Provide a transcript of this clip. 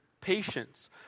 Patience